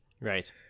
Right